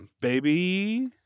baby